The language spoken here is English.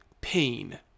pain